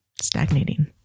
stagnating